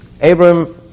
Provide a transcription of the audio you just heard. Abram